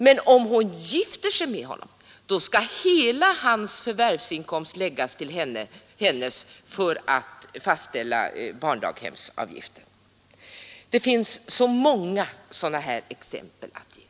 Men om hon gifter sig med honom skall intäkterna av hela hans förvärvsverksamhet läggas till hennes när man fastställer barndaghemsavgiften. Det finns så många sådana här exempel att ge.